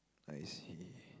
I see